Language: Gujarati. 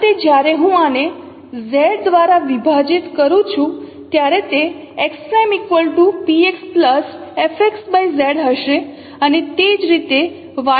તેથી અંતે જ્યારે હું આને Z દ્વારા વિભાજીત કરું છું ત્યારે તે x' px હશે અને તે જ રીતે y સંકલન y' py માટે હશે